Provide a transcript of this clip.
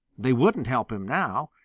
they wouldn't help him now.